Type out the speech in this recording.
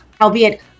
Albeit